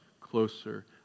closer